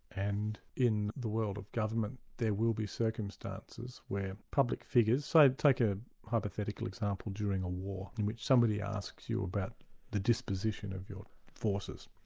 and in the world of government there will be circumstances where public figures, so take a hypothetical example during a war in which somebody asks you about the disposition of your forces.